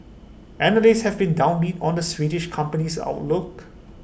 analysts have been downbeat on the Swedish company's outlook